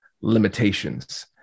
limitations